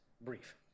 brief